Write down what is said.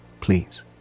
Please